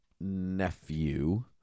nephew